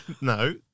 no